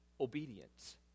Obedience